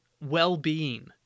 well-being